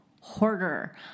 hoarder